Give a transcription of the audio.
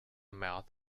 mouth